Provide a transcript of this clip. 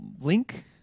Link